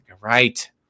right